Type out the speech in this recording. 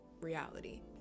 reality